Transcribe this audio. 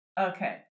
Okay